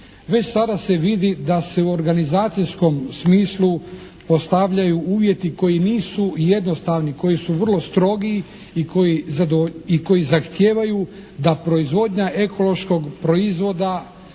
Već sada se vidi da se u organizacijskom smislu postavljaju uvjeti koji nisu jednostavni, koji su vrlo strogi i koji zahtijevaju da proizvodnja ekološkog proizvoda